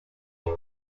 near